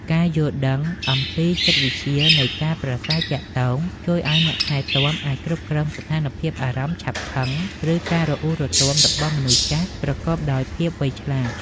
ការយល់ដឹងអំពីចិត្តវិទ្យានៃការប្រាស្រ័យទាក់ទង ជួយឱ្យអ្នកថែទាំអាចគ្រប់គ្រងស្ថានភាពអារម្មណ៍ឆាប់ខឹង ឬការរអ៊ូរទាំរបស់មនុស្សចាស់ប្រកបដោយភាពវៃឆ្លាត។